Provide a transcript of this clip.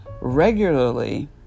regularly